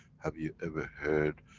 have you ever heard,